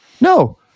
No